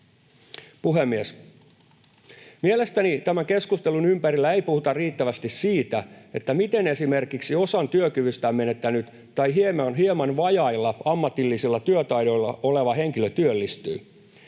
Puhemies! Mielestäni tämän keskustelun ympärillä ei puhuta riittävästi siitä, miten esimerkiksi osan työkyvystään menettänyt tai hieman vajailla ammatillisilla työtaidoilla oleva henkilö työllistyy,